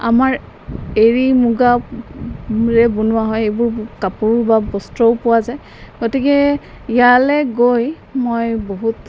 আমাৰ এৰী মুগাৰে বনোৱা হয় এইবোৰ কাপোৰো বা বস্ত্ৰও পোৱা যায় গতিকে ইয়ালৈ গৈ মই বহুত